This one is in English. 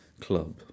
club